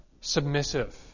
submissive